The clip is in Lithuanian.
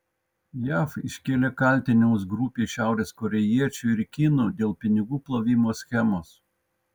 jav iškėlė kaltinimus grupei šiaurės korėjiečių ir kinų dėl pinigų plovimo schemos